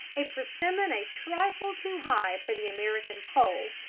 a persimmon a trifle too high for the american pole,